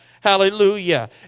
Hallelujah